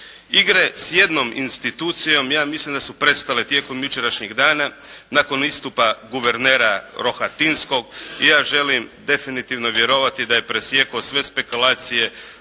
Igre s jednom institucijom ja mislim da su prestale tijekom jučerašnjeg dana nakon istupa guvernera Rohatinskog i ja želim definitivno vjerovati da je presjekao sve spekulacije